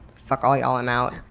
fuck all y'all, i'm out?